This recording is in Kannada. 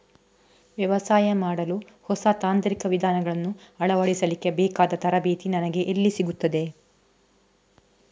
ವ್ಯವಸಾಯ ಮಾಡಲು ಹೊಸ ತಾಂತ್ರಿಕ ವಿಧಾನಗಳನ್ನು ಅಳವಡಿಸಲಿಕ್ಕೆ ಬೇಕಾದ ತರಬೇತಿ ನನಗೆ ಎಲ್ಲಿ ಸಿಗುತ್ತದೆ?